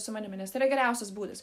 su manimi nes tai yra geriausias būdas